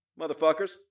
Motherfuckers